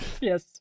Yes